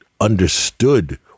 understood